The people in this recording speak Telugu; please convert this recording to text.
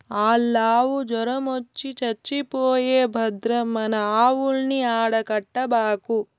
ఆల్లావు జొరమొచ్చి చచ్చిపోయే భద్రం మన ఆవుల్ని ఆడ కట్టబాకు